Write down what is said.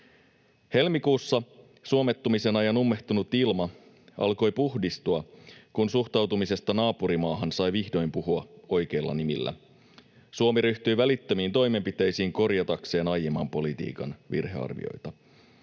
Helmikuussa suomettumisen ajan ummehtunut ilma alkoi puhdistua, kun suhtautumisesta naapurimaahan sai vihdoin puhua oikeilla nimillä. Suomi ryhtyi välittömiin toimenpiteisiin korjatakseen aiemman politiikan virhearvioita.